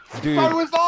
dude